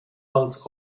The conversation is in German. als